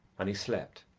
and he slept.